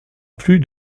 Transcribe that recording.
plus